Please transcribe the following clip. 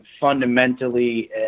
fundamentally